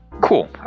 Cool